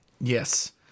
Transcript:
Yes